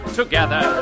together